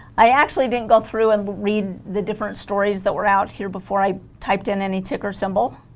i actually didn't go through and lead the different stories that were out here before i typed in any ticker symbol